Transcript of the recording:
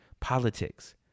politics